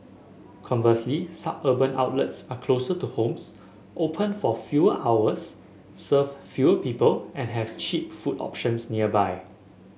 conversely suburban outlets are closer to homes open for fewer hours serve fewer people and have cheap food options nearby